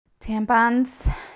Tampons